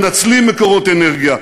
מנצלים מקורות אנרגיה,